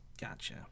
Gotcha